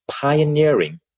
pioneering